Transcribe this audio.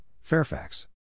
Fairfax